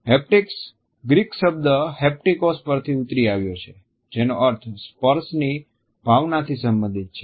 haptics Greek શબ્દ હેપ્ટીકોસ પરથી ઉતરી આવ્યો છે જેનો અર્થ સ્પર્શની ભાવનાથી સંબંધિત છે